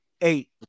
Eight